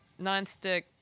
nonstick